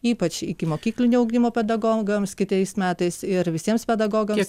ypač ikimokyklinio ugdymo pedagogams kitais metais ir visiems pedagogams